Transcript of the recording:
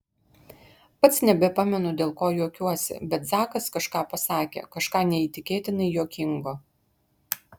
pats nebepamenu dėl ko juokiuosi bet zakas kažką pasakė kažką neįtikėtinai juokingo